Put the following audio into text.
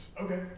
Okay